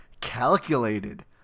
calculated